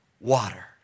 water